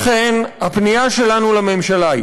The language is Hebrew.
לכן, הפנייה שלנו לממשלה היא